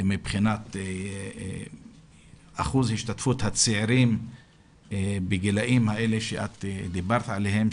מבחינת אחוז השתתפות הצעירים בגילאים האלה שדיברת עליהם,